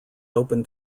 open